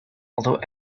although